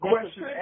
question